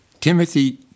Timothy